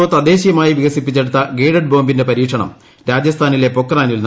O തദ്ദേശീയമായി വികസിപ്പിച്ചെടുത്ത guide ബോംബിന്റെ പരീക്ഷണം രാജസ്ഥാനിലെ പൊക്രാനിൽ നടന്നു